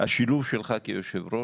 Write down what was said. השילוב שלך כיושב-ראש,